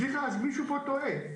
סליחה, אז מישהו פה טועה.